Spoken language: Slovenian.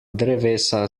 drevesa